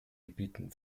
gebieten